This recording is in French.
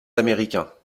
américains